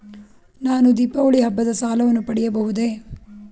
ನಾನು ದೀಪಾವಳಿ ಹಬ್ಬದ ಸಾಲವನ್ನು ಪಡೆಯಬಹುದೇ?